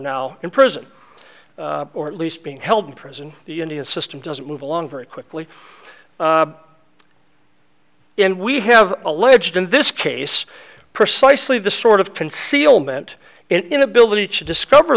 now in prison or at least being held in prison the indian system does move along very quickly and we have alleged in this case precisely the sort of concealment inability to discover